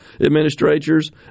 administrators